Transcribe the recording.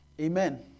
Amen